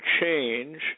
change